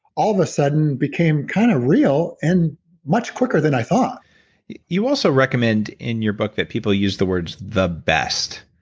all of a sudden became kind of real and much quicker than i thought you also recommend in your book that people use the words the best